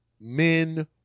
men